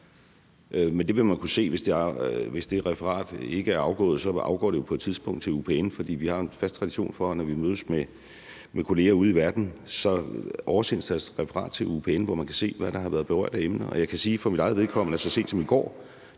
men det vil man jo kunne se. Hvis det referat ikke er afgået, afgår det jo på et tidspunkt til Det Udenrigspolitiske Nævn. For vi har jo en fast tradition for, at når vi mødes med kolleger ude i verden, oversendes der et referat til Det Udenrigspolitiske Nævn, hvor man kan se, hvad der har været berørt af emner, og jeg kan for mit eget vedkommende sige, at jeg så sent som i går